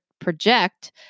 project